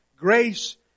Grace